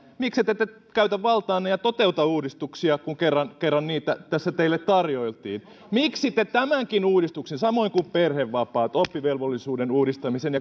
miksette te käytä valtaanne ja toteuta uudistuksia kun kerran kerran niitä tässä teille tarjoiltiin miksi te tämänkin uudistuksen samoin kuin perhevapaat oppivelvollisuuden uudistamisen